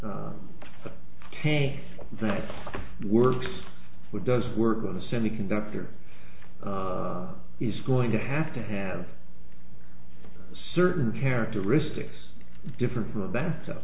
the tank that works with does work on a semiconductor is going to have to have certain characteristics different from that